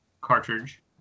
cartridge